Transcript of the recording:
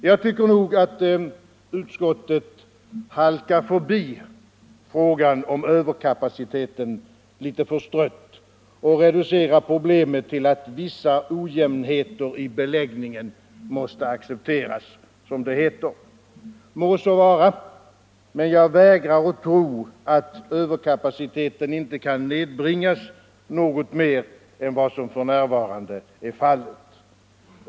Jag tycker nog att utskottet halkar förbi frågan om överkapaciteten litet förstrött och reducerar problemet till att vissa ojämnheter i beläggningen måste accepteras, som det heter. Må så vara, men jag vägrar tro att överkapaciteten inte kan nedbringas något mer än vad som f. n. är fallet.